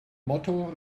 motto